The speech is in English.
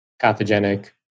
pathogenic